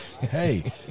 hey